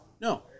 no